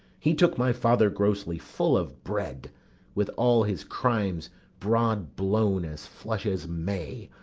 he took my father grossly, full of bread with all his crimes broad blown, as flush as may